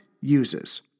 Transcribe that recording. uses